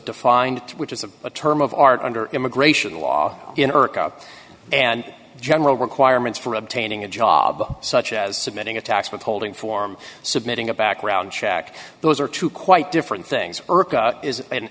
defined which is a term of art under immigration law inertia and general requirements for obtaining a job such as submitting a tax withholding form submitting a background check those are two quite different things is an